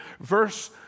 verse